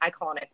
iconic